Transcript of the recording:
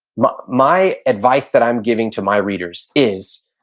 my my advice that i'm giving to my readers is,